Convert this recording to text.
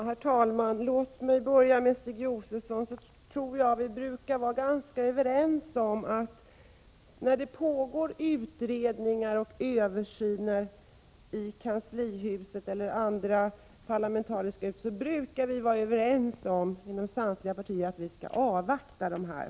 Herr talman! Jag vill börja med att säga följande till Stig Josefson. När det pågår utredningar och översyner i kanslihuset eller i andra parlamentariska sammanhang brukar vi vara överens om inom samtliga partier att vi skall avvakta dessa utredningar.